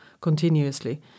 continuously